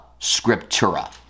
scriptura